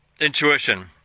intuition